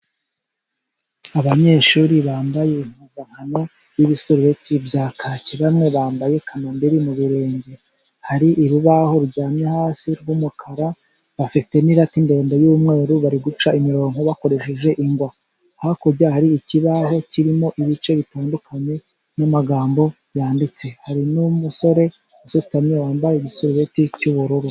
Abanyeshuri bambaye impuzankano, n'ibisurubeti bya kake. Bamwe bambaye kamambiri mu birenge. Hari urubaho ruryamye hasi rw'umukara, bafite n'irati ndende y'umweru, bari guca imirongo bakoresheje ingwa. Hakurya hari ikibaho kirimo ibice bitandukanye, n'amagambo yanditse. Hari n'umusore wasutamye, wambaye igisurubeti cy'ubururu.